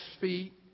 feet